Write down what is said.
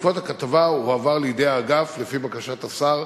בעקבות הכתבה הועבר לידי האגף, לפי בקשת השר,